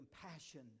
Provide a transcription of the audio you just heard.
compassion